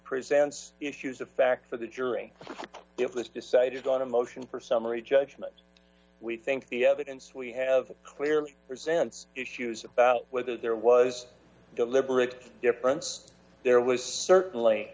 presents issues of fact for the jury it was decided on a motion for summary judgment we think the evidence we have clearly percents issues about whether there was deliberate difference there was certainly